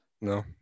no